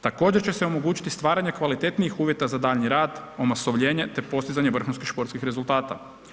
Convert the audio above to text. Također će se omogućiti stvaranje kvalitetnijih uvjeta za daljnji rad, omasovljenje te postizanje vrhunskih športskih rezultata.